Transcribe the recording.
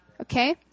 Okay